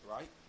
Right